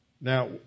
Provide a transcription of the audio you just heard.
Now